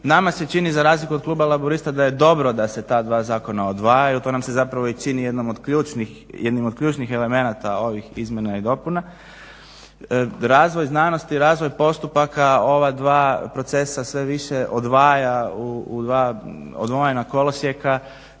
Nama se čini za razliku od Kluba laburista da je dobro da se ta dva zakona odvajaju, to nam se zapravo i čini jednom od ključnih elemenata ovih izmjena i dopuna. Razvoj znanosti, razvoj postupaka ova dva procesa sve više odvaja u dva odvojena kolosijeka